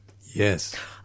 Yes